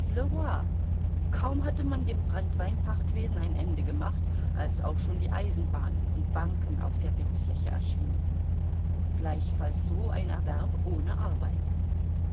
kaum hatte man dem branntwein pachtwesen ein ende gemacht als auch schon die eisenbahnen und banken auf der bildfläche erschienen gleichfalls so ein erwerb ohne arbeit